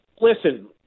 listen